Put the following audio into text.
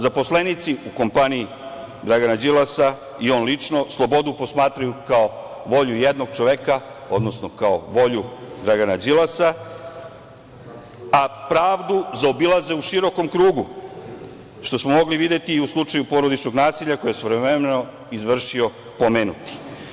Zaposlenici u kompaniji Dragana Đilasa i on lično slobodu posmatraju kao volju jednog čoveka, odnosno kao volju Dragana Đilasa, a pravdu zaobilaze u širokom krugu, što smo mogli videti i u slučaju porodičnog nasilja koje je svojevremeno izvršio pomenuti.